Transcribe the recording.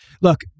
Look